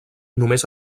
només